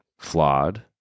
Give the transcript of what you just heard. flawed